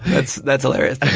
that's that's hilarious.